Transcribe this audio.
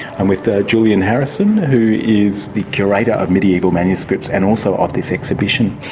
i'm with ah julian harrison, who is the curator of medieval manuscripts and also of this exhibition.